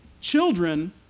children